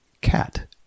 cat